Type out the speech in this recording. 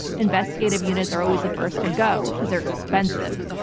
investigative units are always the first to go because they're expensive.